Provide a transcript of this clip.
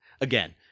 again